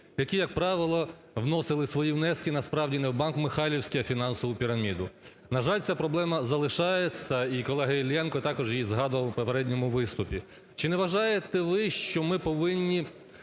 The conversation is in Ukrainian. які, як правило, вносили свої внески насправді не в банк "Михайлівський", а в фінансову піраміду. На жаль, ця проблема залишається, і колега Іллєнко також її згадував у попередньому виступі. Чи не вважаєте ви, що ми повинні